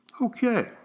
Okay